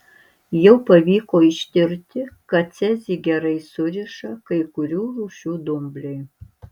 jau pavyko ištirti kad cezį gerai suriša kai kurių rūšių dumbliai